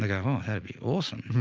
they go, oh, that'd be awesome.